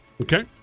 Okay